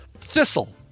Thistle